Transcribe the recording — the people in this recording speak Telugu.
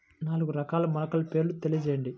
నాలుగు రకాల మొలకల పేర్లు తెలియజేయండి?